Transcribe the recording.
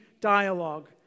dialogue